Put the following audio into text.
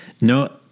No